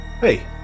Hey